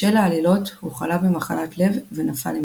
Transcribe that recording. בשל העלילות, הוא חלה במחלת לב ונפל למשכב.